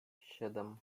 siedem